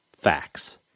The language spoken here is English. facts